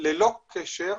ללא קשר,